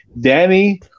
Danny